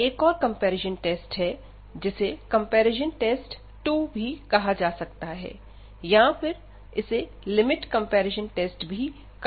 यह एक और कंपैरिजन टेस्ट है जिसे कंपैरिजनटेस्ट 2 कहा जा सकता है या फिर इसे लिमिट कंपैरिजन टेस्ट भी कहा जा सकता है